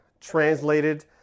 translated